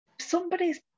somebody's